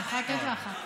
אני אתן לה אחת.